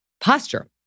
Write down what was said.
posture